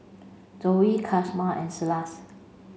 Zoa Casimer and Silas